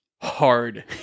hard